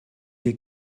wir